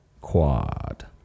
quad